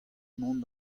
mont